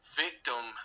victim